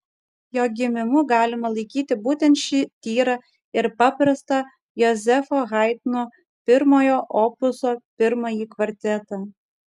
jo gimimu galima laikyti būtent šį tyrą ir paprastą jozefo haidno pirmojo opuso pirmąjį kvartetą